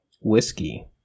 whiskey